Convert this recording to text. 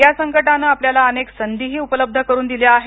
या संकटानं आपल्याला अनेक संधीही उपलब्ध करून दिल्या आहेत